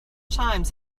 chimes